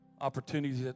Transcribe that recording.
opportunities